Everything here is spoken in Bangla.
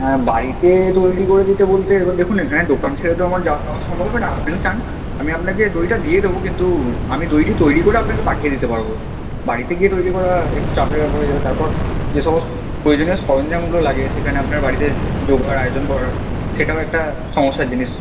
হ্যাঁ বাড়িতে তৈরি করে দিতে বলতে এবার দেখুন এখানে দোকান ছেড়ে তো আমার যাওয়া সম্ভব হবে না আপনি চান আমি আপনাকে দইটা দিয়ে দেবো কিন্তু আমি দইটি তৈরি করে আপনাকে পাঠিয়ে দিতে পারব বাড়িতে গিয়ে তৈরি করা একটু চাপের ব্যাপার হয়ে যাবে তারপর যে সমস্ত প্রয়োজনীয় সরঞ্জামগুলো লাগে সেখানে আপনার বাড়িতে জোগাড় আয়োজন করা সেটাও একটা সমস্যার জিনিস